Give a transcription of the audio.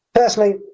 Personally